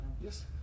Yes